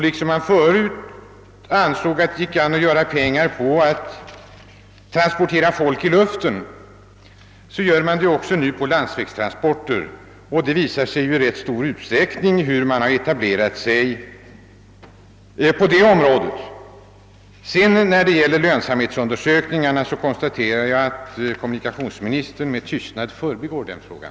Liksom man förut ansåg att det gick att göra pengar på att transportera folk i luften, har man nu i rätt stor utsträckning slagit sig på landsvägstransporter. När det gäller lönsamhetsundersökningarna konstaterar jag att kommunikationsministern med tystnad förbigick den saken.